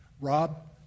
Rob